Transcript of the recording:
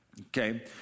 Okay